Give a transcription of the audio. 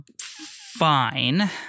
fine –